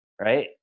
Right